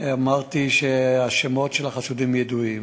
אמרתי שהשמות של החשודים ידועים.